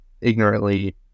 ignorantly